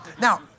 Now